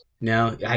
No